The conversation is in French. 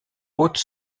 haute